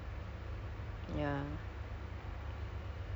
I don't even go out my house kalau boleh just order